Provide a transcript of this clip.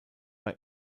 bei